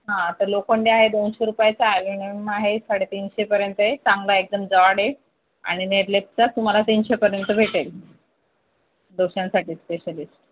हा तर लोखंडी आहे दोनशे रुपयाचा ॲल्युमिनियम आहे साडेतीनशे पर्यंत आहे चांगला एकदम जाड आहे आणि निर्लेपचा तुम्हाला तीनशे पर्यंत भेटेल डोश्यांसाठी स्पेशलीस्ट